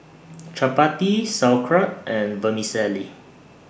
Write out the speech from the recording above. Chapati Sauerkraut and Vermicelli